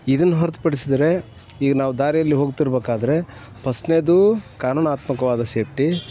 ಇದನ್ನು ಹೊರ್ತು ಪಡಿಸಿದರೆ ಈಗ ನಾವು ದಾರಿಯಲ್ಲಿ ಹೋಗ್ತಿರಬೇಕಾದ್ರೆ ಫಸ್ಟ್ನೇದು ಕಾನೂನಾತ್ಮಕವಾದ ಸೇಫ್ಟಿ